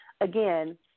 Again